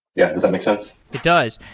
yeah, does that make sense? it does.